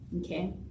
okay